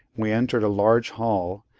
we entered a large hall,